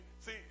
See